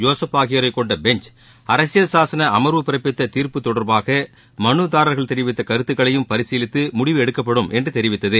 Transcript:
Joseph ஆகியோரைக் கொண்ட bench அரசியல் சாசன அமர்வு பிறப்பித்த தீர்ப்பு தொடர்பாக மனுதாரர்கள் தெரிவித்த கருத்துக்களையும் பரிசீலித்து முடிவெடுக்கப்படும் என்று தெரிவித்தது